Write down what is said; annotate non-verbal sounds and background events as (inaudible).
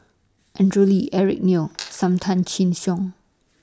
Andrew Lee Eric Neo (noise) SAM Tan Chin Siong